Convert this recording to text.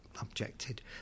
objected